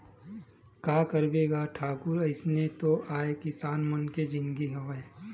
का करबे गा ठाकुर अइसने तो आय किसान मन के जिनगी हवय